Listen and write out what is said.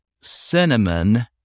cinnamon